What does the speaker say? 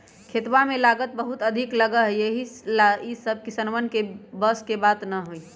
खेतवा में लागत बहुत अधिक लगा हई यही ला ई सब किसनवन के बस के बात ना हई